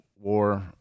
war